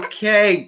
Okay